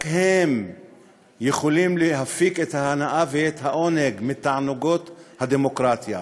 רק הם יכולים להפיק את ההנאה ואת העונג מתענוגות הדמוקרטיה.